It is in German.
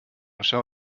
schau